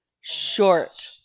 Short